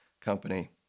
company